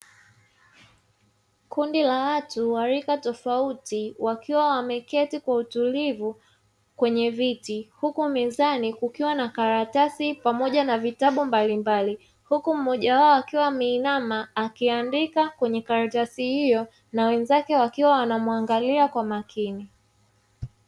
Kundi la watu wa rika tofauti wakiwa wameketi kwa utulivu kwenye viti, huku mezani kukiwa na karatasi pamoja vitabu mbalimabli, huku mmoja wao akiwa ameinama akiandika kwenye karatasi hiyo na wenzake wakiwa wanamwangalia kwa makini.